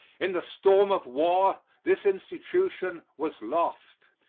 in the storm of war this institution was lost.